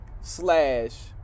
slash